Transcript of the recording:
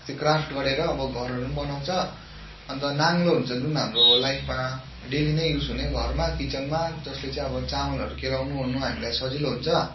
त्यो क्राफ्ट गरेर अब घरहरू पनि बनाउँछ अन्त नाङलो हुन्छ जुन हाम्रो लाइफमा डेलिनै युज हुने घरमा किचनमा जस्ले चाहिँ अब चामलहरू केलाउनु ओर्नु हामीलाई सजिलो हुन्छ